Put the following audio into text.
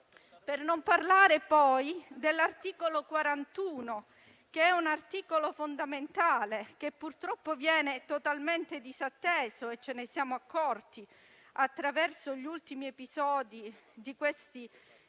Per non parlare poi dell'articolo 41, un articolo fondamentale che purtroppo viene totalmente disatteso; ce ne siamo accorti attraverso gli episodi degli ultimi giorni.